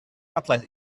cutlet